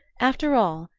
after all,